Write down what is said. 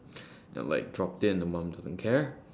then like dropped it and the mom doesn't care